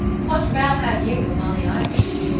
what row had you with molly ivors?